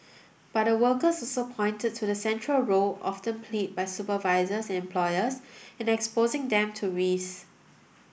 but the workers also pointed to the central role often played by supervisors and employers in exposing them to risks